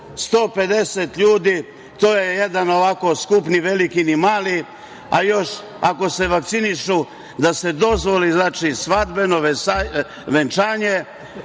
150 ljudi, to je jedan ovako skup ni veliki ni mali, a još ako se vakcinišu da se dozvoli svadbeno venčanje.